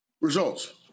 Results